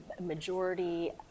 majority